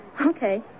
Okay